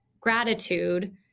gratitude